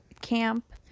camp